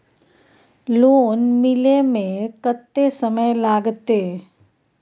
Loan मिले में कत्ते समय लागते?